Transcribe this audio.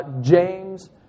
James